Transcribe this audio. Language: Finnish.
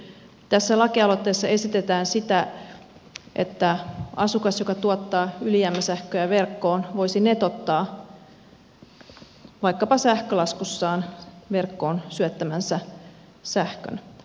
tässä lakialoitteessa esitetään sitä että asukas joka tuottaa ylijäämäsähköä verkkoon voisi netottaa vaikkapa sähkölaskussaan verkkoon syöttämänsä sähkön